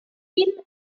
film